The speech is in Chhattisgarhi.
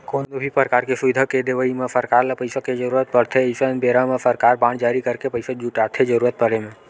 कोनो भी परकार के सुबिधा के देवई म सरकार ल पइसा के जरुरत पड़थे अइसन बेरा म सरकार बांड जारी करके पइसा जुटाथे जरुरत पड़े म